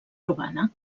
urbana